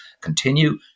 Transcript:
continue